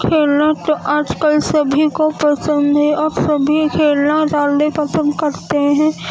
کھیلنا تو آج کل سبھی کو پسند ہے اور سبھی کھیلنا زیادہ پسند کرتے ہیں